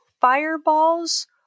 fireballs